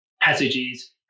passages